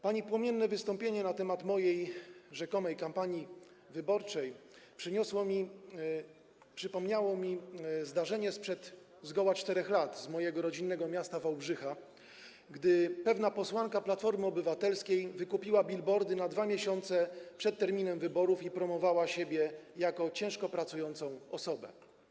Pani płomienne wystąpienie na temat mojej rzekomej kampanii wyborczej przypomniało mi zdarzenie sprzed zgoła 4 lat z mojego rodzinnego miasta, Wałbrzycha, gdy pewna posłanka Platformy Obywatelskiej wykupiła billboardy na 2 miesiące przed terminem wyborów i promowała siebie jako ciężko pracującą osobę.